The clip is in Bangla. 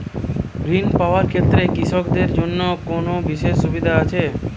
ঋণ পাওয়ার ক্ষেত্রে কৃষকদের জন্য কোনো বিশেষ সুবিধা আছে?